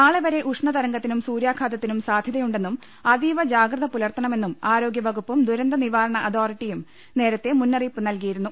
നാളെ വരെ ഉഷ്ണതരംഗത്തിനും സൂര്യാഘാത ത്തിനും സാധ്യതയുണ്ടെന്നും അതീവ ജാഗ്രത പുലർത്ത ണമെന്നും ആരോഗ്യ വകുപ്പും ദുരന്ത നിവാരണ അതോ റിറ്റിയും നേരത്തെ മുന്നറിയിപ്പ് നൽകിയിരുന്നു